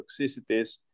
toxicities